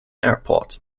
airport